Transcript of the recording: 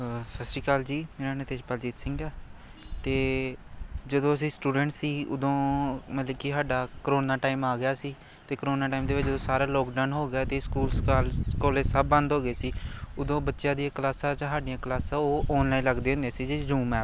ਸਤਿ ਸ਼੍ਰੀ ਅਕਾਲ ਜੀ ਮੇਰਾ ਨਾਮ ਤੇਜਪਾਲਜੀਤ ਸਿੰਘ ਆ ਅਤੇ ਜਦੋਂ ਅਸੀਂ ਸਟੂਡੈਂਟਸ ਸੀ ਉਦੋਂ ਮਤਲਬ ਕਿ ਸਾਡਾ ਕਰੋਨਾ ਟਾਈਮ ਆ ਗਿਆ ਸੀ ਅਤੇ ਕਰੋਨਾ ਟਾਈਮ ਦੇ ਵਿੱਚ ਸਾਰੇ ਲੋਕਡਾਊਨ ਹੋ ਗਿਆ ਅਤੇ ਸਕੂਲ ਸਕਾਲ ਕੋਲਜ ਸਭ ਬੰਦ ਹੋ ਗਏ ਸੀ ਉਦੋਂ ਬੱਚਿਆਂ ਦੀਆਂ ਕਲਾਸਾਂ 'ਚ ਸਾਡੀਆਂ ਕਲਾਸ ਉਹ ਔਨਲਾਈਨ ਲੱਗਦੀਆਂ ਹੁੰਦੀਆਂ ਸੀ ਜੀ ਜ਼ੂਮ ਐਪ 'ਤੇ